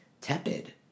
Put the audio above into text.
tepid